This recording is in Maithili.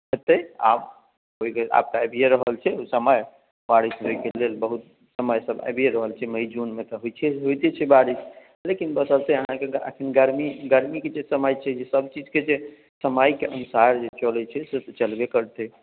होयतै आब तऽ होय आब तऽ आबिए रहल छै समय बारिश होयके लेल बहुत समय सब आबिए रहल छै मइ जूनमे तऽ होइते छै बारिश लेकिन बस सबसे अहाँकेँ अखन गरमीके जे समय छै जे सब चीजके समयके अनुसार जे चलैत छै से तऽ चलबे करतै